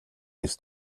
ist